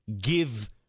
give